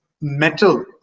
Metal